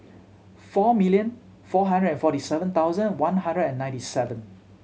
four million four hundred and forty seven thousand one hundred and ninety seven